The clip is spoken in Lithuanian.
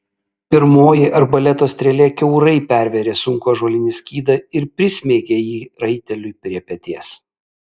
pirmoji arbaleto strėlė kiaurai pervėrė sunkų ąžuolinį skydą ir prismeigė jį raiteliui prie peties